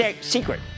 Secret